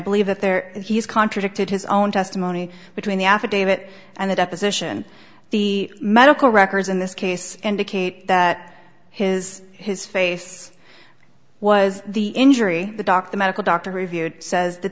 believe that there is he's contradicted his own testimony between the affidavit and the deposition the medical records in this case indicate that his his face was the injury the doctor medical doctor reviewed says that